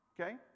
Okay